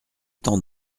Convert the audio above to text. tant